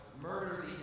murder